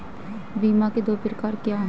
बीमा के दो प्रकार क्या हैं?